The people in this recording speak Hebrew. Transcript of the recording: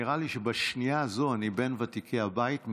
נראה לי שבשנייה הזאת אני בין ותיקי הבית,